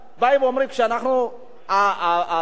הוועדה של טרכטנברג,